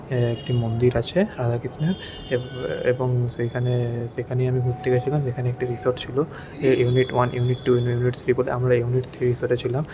একটি মন্দির আছে রাধাকৃষ্ণের এবং সেইখানে সেইখানে আমি ঘুরতে গেছিলাম সেখানে একটি রিসর্ট ছিলো unit one unit two unit three বলে আমরা ইউনিট থ্রি রিসর্টে ছিলাম